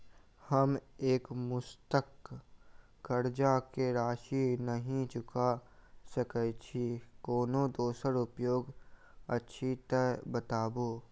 हम एकमुस्त कर्जा कऽ राशि नहि चुका सकय छी, कोनो दोसर उपाय अछि तऽ बताबु?